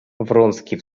вронский